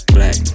Black